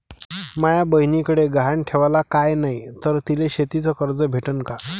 माया बयनीकडे गहान ठेवाला काय नाही तर तिले शेतीच कर्ज भेटन का?